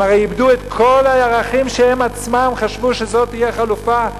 הם הרי איבדו את כל הערכים שהם עצמם חשבו שאלה תהיו חלופה ליהדות.